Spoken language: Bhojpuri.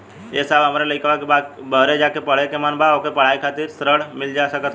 ए साहब हमरे लईकवा के बहरे जाके पढ़े क मन बा ओके पढ़ाई करे खातिर ऋण मिल जा सकत ह?